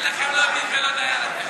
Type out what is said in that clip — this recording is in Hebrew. אין לכם לא דין ולא דיין, אתם.